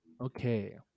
Okay